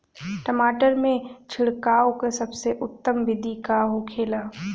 टमाटर में छिड़काव का सबसे उत्तम बिदी का होखेला?